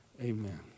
Amen